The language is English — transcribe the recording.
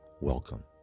welcome